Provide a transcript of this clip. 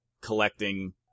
collecting